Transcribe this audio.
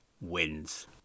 Wins